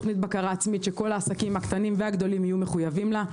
תוכנית בקרה עצמית שכל העסקים יהיו מחויבים לה.